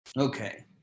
Okay